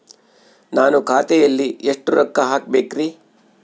ನಾನು ಖಾತೆಯಲ್ಲಿ ಎಷ್ಟು ರೊಕ್ಕ ಹಾಕಬೇಕ್ರಿ?